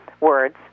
words